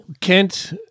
Kent